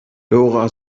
dora